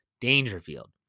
Dangerfield